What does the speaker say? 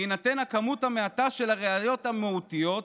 בהינתן הכמות המעטה של הראיות המהותיות,